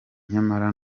nyamara